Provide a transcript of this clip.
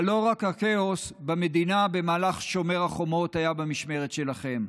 אבל לא רק הכאוס במדינה במהלך שומר החומות היה במשמרת שלכם,